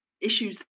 issues